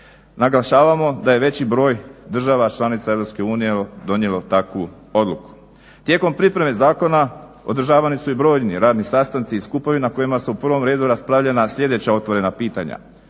Naglašavamo da je veći broj država članica EU donijelo takvu odluku. Tijekom pripreme zakona održavani su i brojni radni sastanci i skupovi na kojima se u prvom redu raspravljana sljedeća otvorena pitanja: